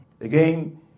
again